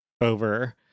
over